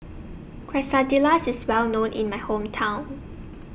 Quesadillas IS Well known in My Hometown